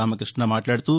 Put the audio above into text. రామక్బష్ణ మాట్లాదుతూ